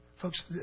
Folks